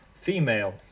female